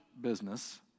business